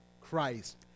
Christ